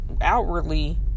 outwardly